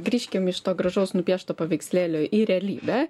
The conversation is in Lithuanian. grįžkim iš to gražaus nupiešto paveikslėlio į realybę